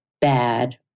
bad